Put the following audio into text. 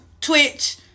twitch